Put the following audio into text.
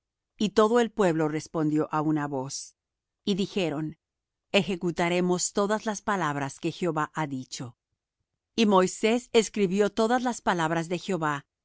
y todo el pueblo respondió á una voz y dijeron ejecutaremos todas las palabras que jehová ha dicho y moisés escribió todas las palabras de jehová